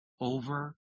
over